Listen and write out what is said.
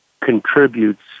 contributes